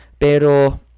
Pero